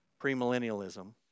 premillennialism